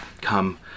Come